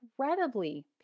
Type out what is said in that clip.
incredibly